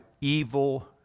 evil